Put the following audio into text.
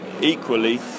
equally